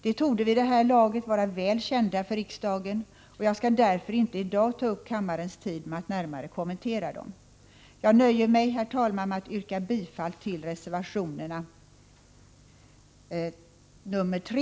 De torde vid det här laget vara väl kända av riksdagen, och jag skall därför inte i dag ta upp kammarens tid med att närmare kommentera dem. Jag nöjer mig, herr 63